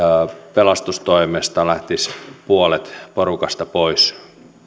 pelastustoimesta lähtisi puolet porukasta pois